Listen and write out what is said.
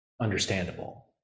understandable